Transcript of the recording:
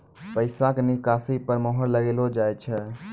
पैसा के निकासी पर मोहर लगाइलो जाय छै